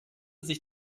sich